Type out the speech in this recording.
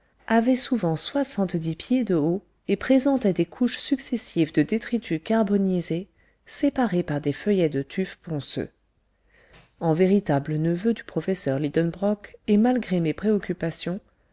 avait souvent soixante-dix pieds de haut et présentait des couches successives de détritus carbonisés séparées par des feuillets de tuf ponceux en véritable neveu du professeur lidenbrock et malgré mes préoccupations